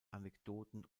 anekdoten